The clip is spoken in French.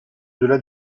delà